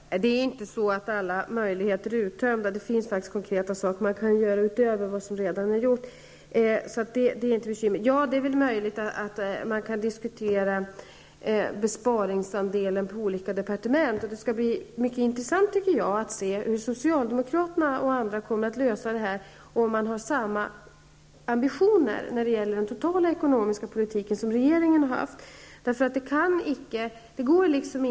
Herr talman! Det är inte så att alla möjligheter är uttömda. Det finns faktiskt konkreta saker man kan göra utöver vad som redan är gjort. Det är inte bekymret. Det är väl möjligt att man kan diskutera besparingsandelen på olika departement. Det skall bli mycket intressant att se hur socialdemokraterna och andra kommer att lösa problemet, dvs. om de har samma ambitioner som regeringen har haft när det gäller den totala ekonomiska politiken.